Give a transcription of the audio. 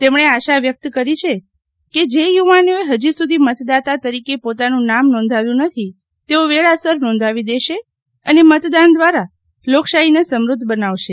તેમણે આશા વ્યક્ત કરી છે કે જે યુવાનોએ હજી સુધી મતદાતા તરીકે પોતાનું નામ નોંધાવ્યું નથી તેઓ વેળાસર નોંધાવી દેશે અને મતદાન દ્વારા લોકશાહીને સમૃદ્ધ બનાવશે